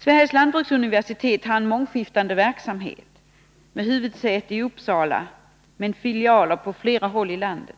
Sveriges lantbruksuniversitet har en mångskiftande verksamhet med huvudsäte i Uppsala och med filialer på flera håll i landet.